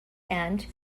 and